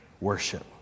worship